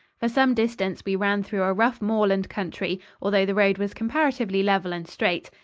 for some distance we ran through a rough moorland country, although the road was comparatively level and straight.